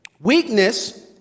Weakness